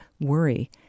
Worry